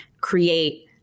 create